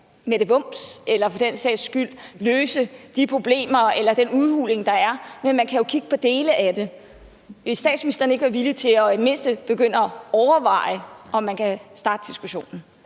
med det vons eller for den sags skyld løse de problemer eller den udhuling, der er, men man kan jo kigge på dele af det. Vil statsministeren ikke være villig til i det mindste at begynde at overveje, om man kan starte diskussionen?